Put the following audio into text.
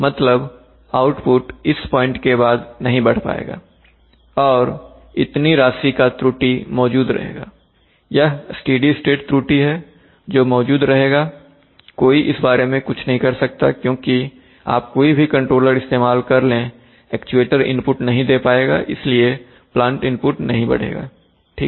मतलब आउटपुट इस पॉइंट के बाद नहीं बढ़ पाएगा और इतनी राशि का त्रुटि मौजूद रहेगा यह स्टेडी स्टेट त्रुटि है जो मौजूद रहेगाकोई इस बारे में कुछ नहीं कर सकता क्योंकि आप कोई भी कंट्रोलर इस्तेमाल कर लें एक्चुएटर इनपुट नहीं दे पाएगा इसलिए प्लांट इनपुट नहीं बढ़ेगा ठीक है